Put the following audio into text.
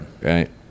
Right